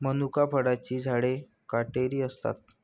मनुका फळांची झाडे काटेरी असतात